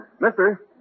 Mister